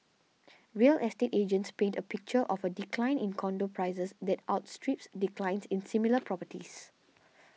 real estate agents paint a picture of a decline in condo prices that outstrips declines in similar properties